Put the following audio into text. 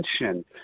attention